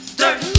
dirt